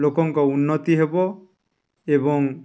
ଲୋକଙ୍କ ଉନ୍ନତି ହେବ ଏବଂ